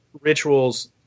rituals